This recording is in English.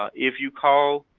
if you call